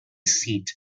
seat